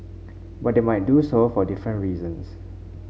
but they might do so for different reasons